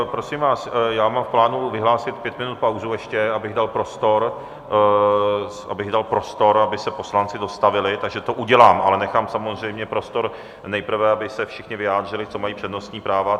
Prosím vás, já mám v plánu vyhlásit pět minut pauzu ještě, abych dal prostor, aby se poslanci dostavili, takže to udělám, ale nechám samozřejmě prostor nejprve, aby se všichni vyjádřili, co mají přednostní práva.